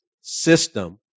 system